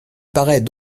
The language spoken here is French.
paraît